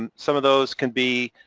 and some of those can be